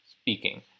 speaking